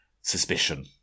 suspicion